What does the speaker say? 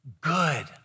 good